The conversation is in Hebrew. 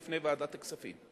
בפני ועדת הכספים,